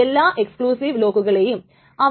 കാരണം T യുടെ timestamp T2 വിനേക്കാൾ ചെറുതാണ്